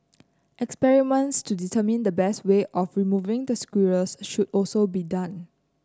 experiments to determine the best way of removing the squirrels should also be done